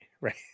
right